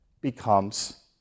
becomes